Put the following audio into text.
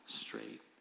straight